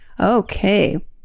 Okay